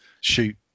shoot